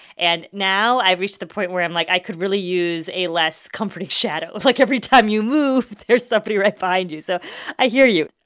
and now i've reached the point where i'm like, i could really use a less comforting shadow. like, every time you move, there's somebody right behind you. so i hear you